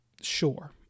Sure